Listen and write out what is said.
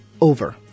over